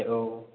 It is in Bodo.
औ